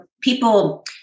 people –